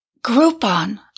Groupon